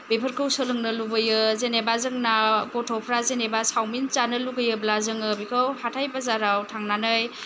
बेफोरखौ सोलोंनो लुबैयो जेनेबा जोंना गथ'फ्रा जेनेबा सावमिन जानो लुगैब्ला जोङो बेखौ हाथाय बाजाराव थांनानै